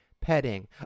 petting